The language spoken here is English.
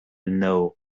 know